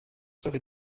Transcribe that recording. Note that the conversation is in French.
heures